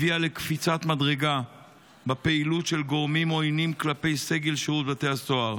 הביאו לקפיצת מדרגה בפעילות של גורמים עוינים כלפי סגל שירות בתי הסוהר,